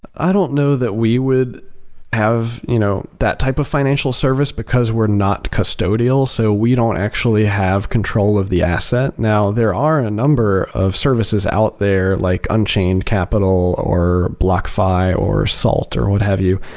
i don't know that we would have you know that type of financial service, because we're not custodial. so we don't actually have control of the asset. now, there are a number of services out there, like unchained capital, or blockfi, or salt or what have you,